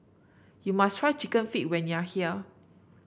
you must try chicken feet when you are here